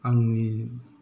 आंनि